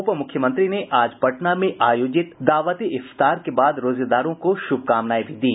उपमुख्यमंत्री ने आज पटना में आयोजित दावत ए इफ्तार के बाद रोजेदारों को शुभकामनाएं दी